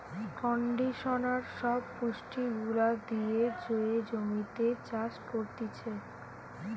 conditioner সব পুষ্টি গুলা দিয়ে যে জমিতে চাষ করতিছে